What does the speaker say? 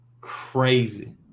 Crazy